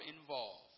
involved